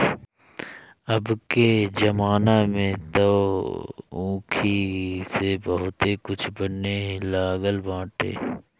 अबके जमाना में तअ ऊखी से बहुते कुछ बने लागल बाटे